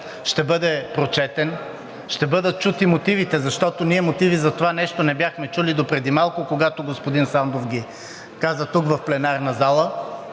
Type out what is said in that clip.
ще бъде прочетен, ще бъдат чути мотивите. Защото ние мотиви за това нещо не бяхме чули до преди малко, когато господин Сандов ги каза тук в пленарната зала.